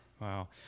Wow